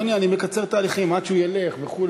אדוני, אני מקצר תהליכים, עד שהוא ילך וכו'.